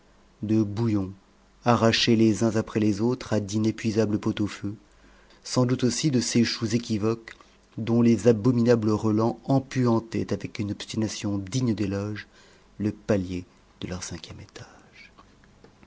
de bouillons arrachés les uns après les autres à d'inépuisables pot-au-feu sans doute aussi de ces choux équivoques dont les abominables relents empuantaient avec une obstination digne d'éloges le palier de leur cinquième étage